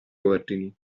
ordini